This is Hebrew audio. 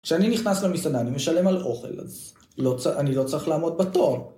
כשאני נכנס למסעדה אני משלם על אוכל, אז אני לא צריך לעמוד בתור.